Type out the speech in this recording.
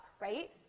right